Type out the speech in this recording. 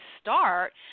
start